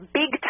big